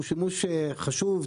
הוא שימוש חשוב,